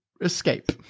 escape